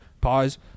Pause